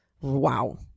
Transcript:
Wow